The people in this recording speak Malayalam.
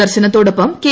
ദർശനത്തോടൊപ്പം കെ